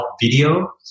video